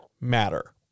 matter